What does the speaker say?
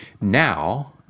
now